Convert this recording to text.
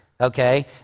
okay